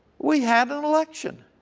we had an election.